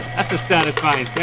that's a satisfying